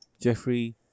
Jeffrey